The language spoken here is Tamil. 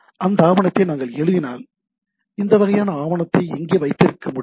அந்த ஆவணத்தை நாங்கள் எழுதினால் இந்த வகையான ஆவணத்தை இங்கே வைத்திருக்க முடியும்